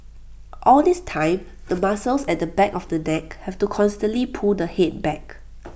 all this time the muscles at the back of the neck have to constantly pull the Head back